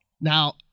Now